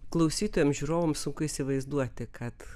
klausytojams žiūrovams sunku įsivaizduoti kad